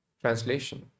Translation